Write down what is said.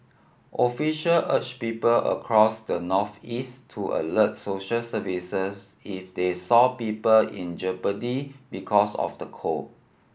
official urged people across the northeast to alert social services if they saw people in jeopardy because of the cold